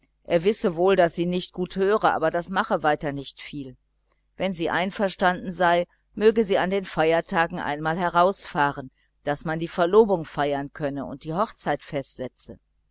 er wisse wohl daß sie nicht gut höre aber das mache weiter nicht viel wenn sie einverstanden sei möge sie in den feiertagen einmal herausfahren daß man die verlobung feiern könne und die hochzeit festsetze